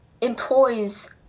employs